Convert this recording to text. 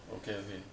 okay okay